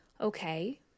Okay